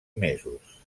mesos